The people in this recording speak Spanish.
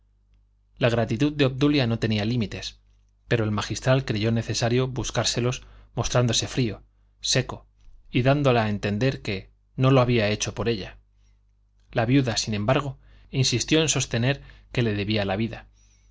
la gratitud de obdulia no tenía límites pero el magistral creyó necesario buscárselos mostrándose frío seco y dándola a entender que no lo había hecho por ella la viuda sin embargo insistió en sostener que le debía la vida